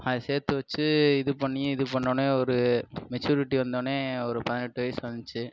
அதை சேர்த்து வச்சு இது பண்ணி இது பண்ணோனே ஒரு மெச்சூரிட்டி வந்தோடனே ஒரு பதினெட்டு வயசு வந்துச்சு